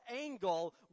angle